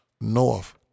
north